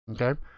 Okay